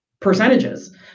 percentages